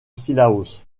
cilaos